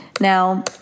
Now